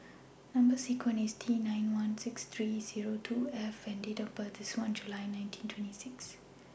Number sequence IS T nine one six three Zero two seven F and Date of birth IS one July nineteen twenty six